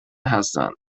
هستند